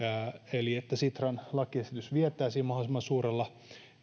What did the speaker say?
eli että sitran lakiesitys vietäisiin mahdollisimman suurella